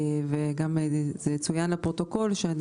וזה גם צוין בפרוטוקול, אני